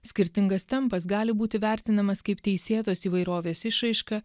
skirtingas tempas gali būti vertinamas kaip teisėtos įvairovės išraiška